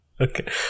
Okay